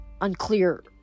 Unclear